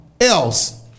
else